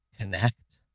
Connect